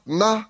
na